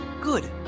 Good